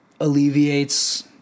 alleviates